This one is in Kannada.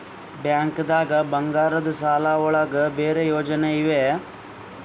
ಬ್ಯಾಂಕ್ದಾಗ ಬಂಗಾರದ್ ಸಾಲದ್ ಒಳಗ್ ಬೇರೆ ಯೋಜನೆ ಇವೆ?